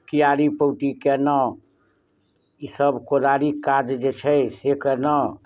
क्यारी पौटी कयलहुँ ईसभ कोदारिक काज जे छै से कयलहुँ